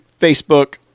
Facebook